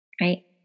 Right